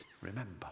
remember